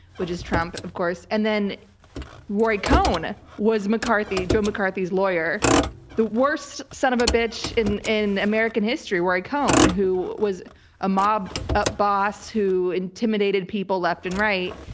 which is trump, of course. and then roy cohn ah was joe mccarthy's lawyer the worst son of a bitch in in american history, roy cohn, who was a mob ah boss who intimidated people left and right.